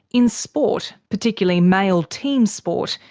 in sport particularly male team sport,